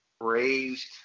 raised